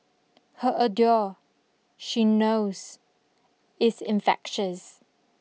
her ardour she knows is infectious